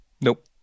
Nope